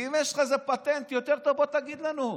ואם יש לך איזה פטנט יותר טוב, בוא תגיד לנו.